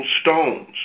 stones